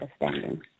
understanding